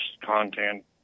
content